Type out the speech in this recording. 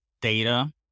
data